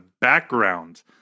background